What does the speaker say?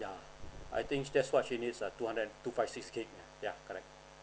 yeah I think that's what she needs uh two hundred and two five six gig yeah correct